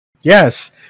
Yes